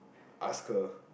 ask her